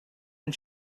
and